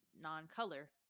non-color